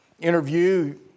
interview